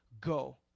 Go